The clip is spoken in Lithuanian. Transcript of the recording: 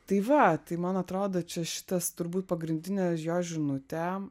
tai va tai man atrodo čia šitas turbūt pagrindinė jo žinutė